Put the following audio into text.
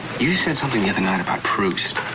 you said something the other night about proust.